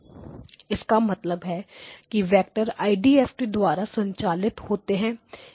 इसका मतलब है कि वेक्टर IDFT द्वारा संचालित होता है